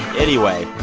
anyway,